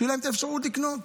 שתהיה להם האפשרות לקנות.